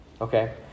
okay